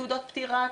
תעודות פטירה,